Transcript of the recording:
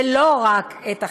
ולא רק את הכנסותיו,